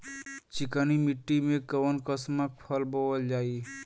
चिकनी मिट्टी में कऊन कसमक फसल बोवल जाई?